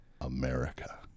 America